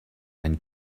and